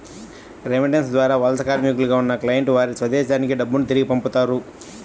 remittance ద్వారా వలస కార్మికులుగా ఉన్న క్లయింట్లు వారి స్వదేశానికి డబ్బును తిరిగి పంపుతారు